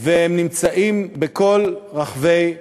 והם נמצאים בכל רחבי הארץ.